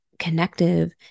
connective